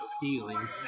healing